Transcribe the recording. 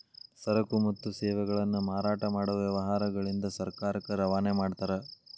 ಸರಕು ಮತ್ತು ಸೇವೆಗಳನ್ನ ಮಾರಾಟ ಮಾಡೊ ವ್ಯವಹಾರಗಳಿಂದ ಸರ್ಕಾರಕ್ಕ ರವಾನೆ ಮಾಡ್ತಾರ